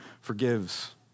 forgives